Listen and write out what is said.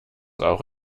auch